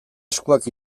eskuak